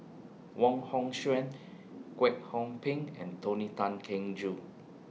Wong Hong Suen Kwek Hong Png and Tony Tan Keng Joo